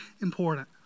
important